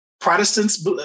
Protestants